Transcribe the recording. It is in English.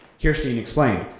kirstein explained,